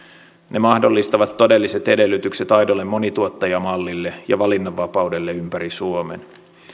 ne mahdollistavat todelliset edellytykset aidolle monituottajamallille ja valinnanvapaudelle ympäri suomen